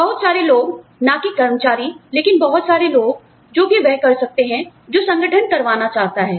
बहुत सारे लोग ना कि कर्मचारी लेकिन बहुत सारे लोग जो कि वह कर सकते हैं जो संगठन करवाना चाहता है